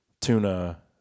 tuna